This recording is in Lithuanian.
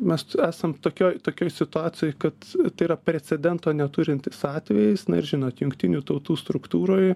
mes esam tokioj tokioj situacijoj kad tai yra precedento neturintis atvejis na ir žinot jungtinių tautų struktūroj